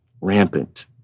rampant